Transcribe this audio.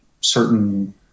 certain